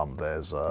um there's